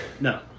No